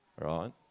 right